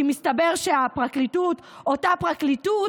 כי מסתבר שהפרקליטות היא אותה פרקליטות,